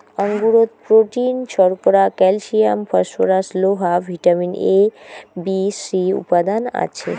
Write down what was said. আঙুরত protein, শর্করা, calcium, phosphorus, লোহা, vitamin A, B, C উপাদান আছে